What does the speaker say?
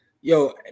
Yo